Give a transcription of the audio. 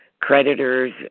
creditors